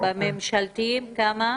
בממשלתיים כמה?